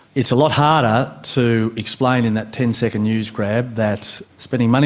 it's a lot harder to explain in that ten second news grab that spending money